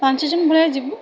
ପାଞ୍ଚଜଣ ଭଳିଆ ଯିବୁ